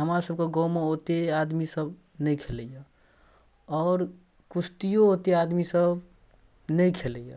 हमरासभके गाममे ओतेक आदमीसभ नहि खेलैए आओर कुश्तिओ ओतेक आदमीसभ नहि खेलैए